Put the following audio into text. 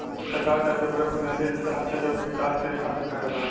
सरकार कर के प्रयोग बुनियादी ढांचा के विकास करे खातिर करेला